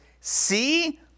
see